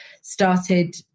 started